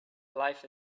life